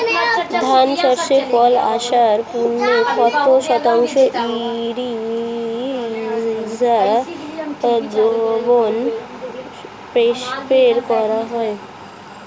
ধান ও সর্ষে ফুল আসার পূর্বে কত শতাংশ ইউরিয়া দ্রবণ স্প্রে করা হয়?